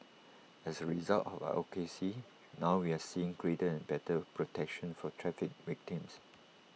as A result of our advocacy now we are seeing greater and better protection for traffic victims